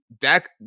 Dak